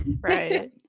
Right